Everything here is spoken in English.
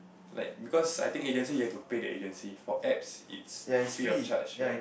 like because I think agency you have to pay the agency for apps it's free of charge ya